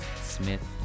Smith